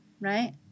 right